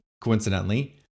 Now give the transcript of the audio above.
coincidentally